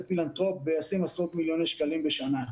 פילנתרופ וישים עשרות מיליוני שקלים בשנה.